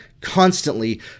constantly